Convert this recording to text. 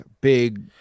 big